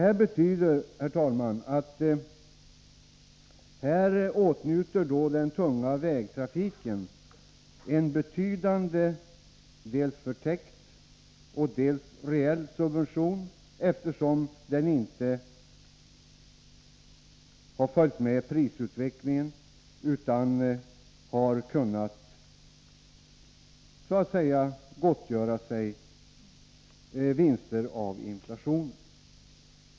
Detta betyder, herr talman, att den tunga vägtrafiken åtnjuter en betydande subvention, som är dels förtäckt, dels reell, eftersom beskattningen inte följt prisutvecklingen, och man har på det sättet kunnat tillgodogöra sig vinster genom inflationen.